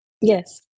Yes